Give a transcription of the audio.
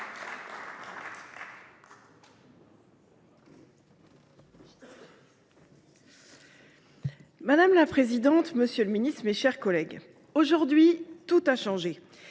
Madame la présidente, monsieur le ministre, mes chers collègues, aujourd’hui, tout a changé